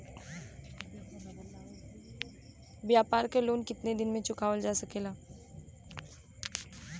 व्यापार के लोन कितना दिन मे चुकावल जा सकेला?